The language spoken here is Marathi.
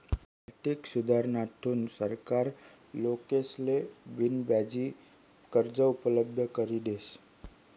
आर्थिक सुधारणाथून सरकार लोकेसले बिनव्याजी कर्ज उपलब्ध करी देस